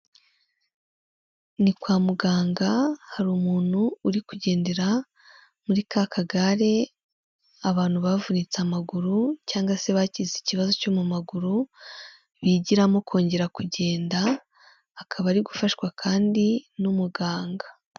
Ni kwa muganga hari umuntu uri kugendera muri ka kagare abantu bavunitse amaguru cyangwa se bagize ikibazo cyo mu maguru bigiramo kongera kugenda, akaba ari gufashwa kandi n'umuganga.